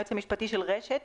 היועץ המשפטי של רש"ת,